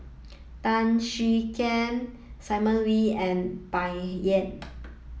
Tan Siah Kwee Simon Wee and Bai Yan